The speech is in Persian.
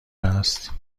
هست